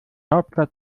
hauptstadt